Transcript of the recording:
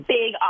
big